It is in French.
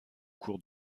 cours